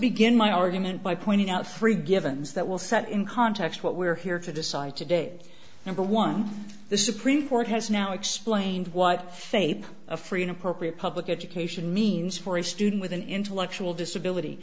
begin my argument by pointing out three givens that will set in context what we're here to decide today number one the supreme court has now explained what shape a free and appropriate public education means for a student with an intellectual disability